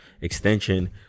extension